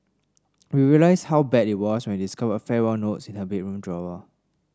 we realised how bad it was when we discovered farewell notes in her bedroom drawer